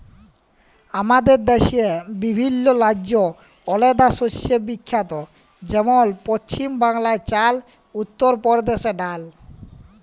আমাদের দ্যাশে বিভিল্ল্য রাজ্য আলেদা শস্যে বিখ্যাত যেমল পছিম বাংলায় চাল, উত্তর পরদেশে ডাল